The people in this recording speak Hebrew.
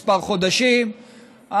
כמה חודשים,